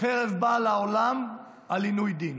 "חרב באה לעולם על עינוי דין".